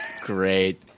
Great